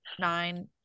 nine